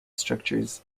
structures